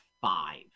five